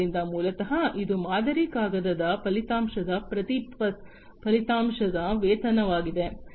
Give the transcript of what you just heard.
ಆದ್ದರಿಂದ ಮೂಲತಃ ಇದು ಮಾದರಿ ಕಾಗದದ ಫಲಿತಾಂಶದ ಪ್ರತಿ ಫಲಿತಾಂಶದ ವೇತನವಾಗಿದೆ